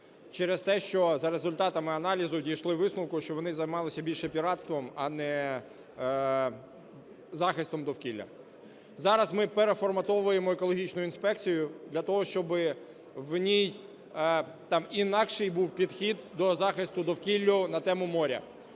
через те, що за результатами аналізу дійшли висновку, що вони займалися більше піратством, а не захистом довкілля. Зараз ми переформатовуємо екологічну інспекцію для того, щоб в ній інакший був підхід до захисту довкілля на тему моря.